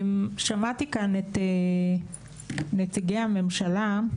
אבל שמעתי כאן את נציגי הממשלה,